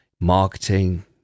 marketing